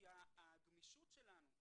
הגמישות שלנו כפיקוח,